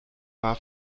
war